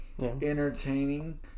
entertaining